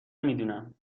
میدونم